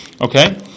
Okay